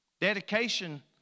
Dedication